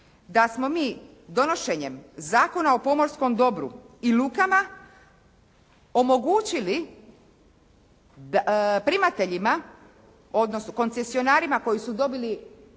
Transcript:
a smo mi donošenjem Zakona o pomorskom dobru i lukama omogućili primateljima odnosno koncesionarima koji su dobili